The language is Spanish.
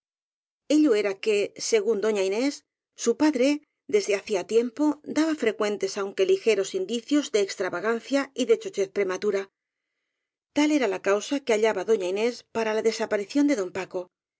estudiaba ello era que según doña inés su padre desde hacía tiempo daba frecuentes aunque lige ros indicios de extravagancia y de chochez prema tura tal era la causa que hallaba doña inés para la desaparición de don paco